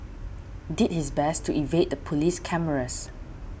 did his best to evade the police cameras